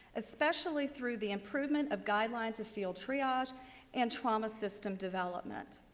especially through the improvement of guidelines of field triage and trauma systems development.